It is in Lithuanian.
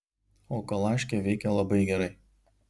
o kalaškė veikia labai gerai